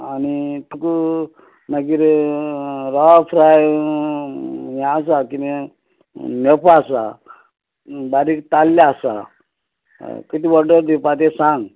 आनी तुका मागीर रवा फ्राय ये आसा किदें लेपो आसा ये आसा बारीक ताल्लें आसा किद ओर्डर दिवपा तें सांग